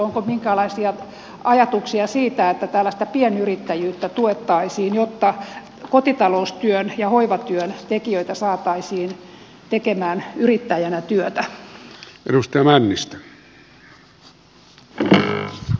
onko minkäänlaisia ajatuksia siitä että tällaista pienyrittäjyyttä tuettaisiin jotta kotitaloustyön ja hoivatyön tekijöitä saataisiin tekemään yrittäjänä työtä